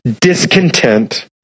discontent